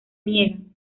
niegan